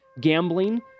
gambling